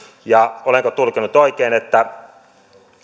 ja olenko tulkinnut oikein että